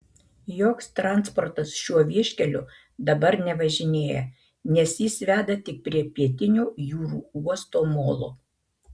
joks transportas šiuo vieškeliu dabar nevažinėja nes jis veda tik prie pietinio jūrų uosto molo